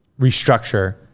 restructure